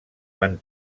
van